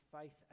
faith